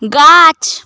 গাছ